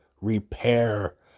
repair